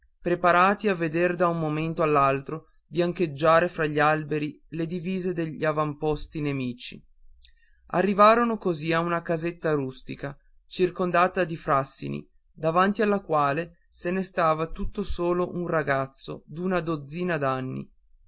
preparati a veder da un momento all'altro biancheggiare fra gli alberi le divise degli avamposti nemici arrivarono così a una casetta rustica circondata di frassini davanti alla quale se ne stava tutto solo un ragazzo d'una dozzina